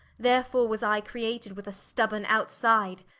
therefore was i created with a stubborne out-side,